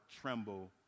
tremble